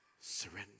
surrender